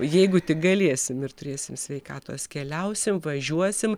jeigu tik galėsim ir turėsim sveikatos keliausim važiuosim